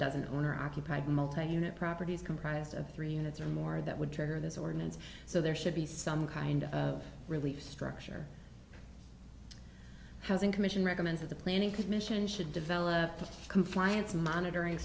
dozen owner occupied multi unit properties comprised of three units or more that would trigger this ordinance so there should be some kind of relief structure housing commission recommends that the planning commission should develop a compliance monitoring